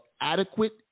adequate